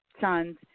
sons